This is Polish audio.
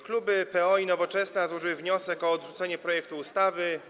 Kluby PO i Nowoczesna złożyły wniosek o odrzucenie projektu ustawy.